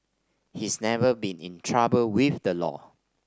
he's never been in trouble with the law